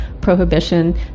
prohibition